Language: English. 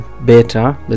better